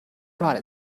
brought